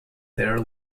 there